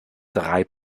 drei